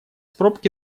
пробки